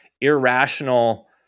irrational